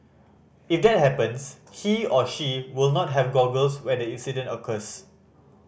if that happens he or she will not have goggles when the incident occurs